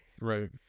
right